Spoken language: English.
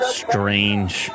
strange